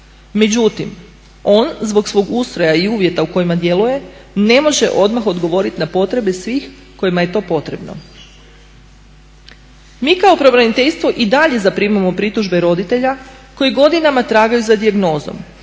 Međutim, on zbog svog ustroja i uvjeta u kojima djeluje ne može odmah odgovoriti na potrebe svih kojima je to potrebno. Mi kao pravobraniteljstvo i dalje zaprimamo pritužbe roditelja koji godinama tragaju za dijagnozom,